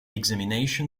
examination